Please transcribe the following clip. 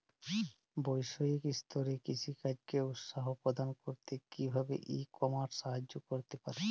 বৈষয়িক স্তরে কৃষিকাজকে উৎসাহ প্রদান করতে কিভাবে ই কমার্স সাহায্য করতে পারে?